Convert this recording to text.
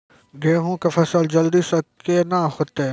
गेहूँ के फसल जल्दी से के ना होते?